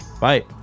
Bye